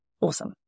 Awesome